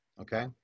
okay